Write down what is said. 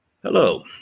Hello